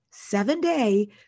seven-day